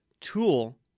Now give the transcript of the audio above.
tool